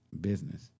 business